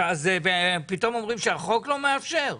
אז פתאום אומרים שהחוק לא מאפשר?